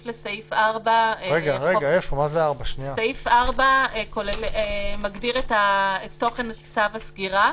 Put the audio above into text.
4. סעיף 4 מגדיר את תוכן צו הסגירה.